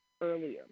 earlier